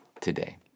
today